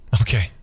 Okay